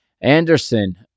Anderson